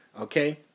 Okay